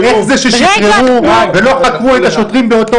כמו איך זה ששחררו ולא חקרו את השוטרים באותו